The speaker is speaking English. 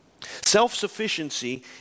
Self-sufficiency